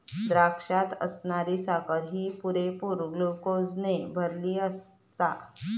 द्राक्षात असणारी साखर ही पुरेपूर ग्लुकोजने भरलली आसता